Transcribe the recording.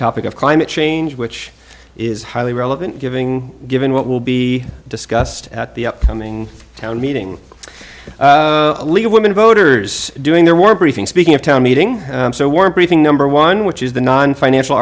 topic of climate change which is highly relevant giving given what will be discussed at the upcoming town meeting a league of women voters doing their war briefing speaking of town meeting so we're briefing number one which is the nonfinancial